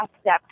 step